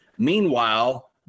Meanwhile